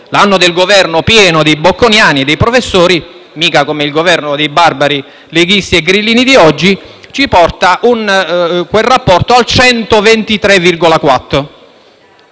l'anno del Governo pieno dei bocconiani e dei professori (mica come il governo dei barbari leghisti e grillini di oggi) porta quel rapporto al 123,4.